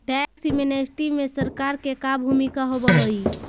tax amnesty में सरकार के का भूमिका होव हई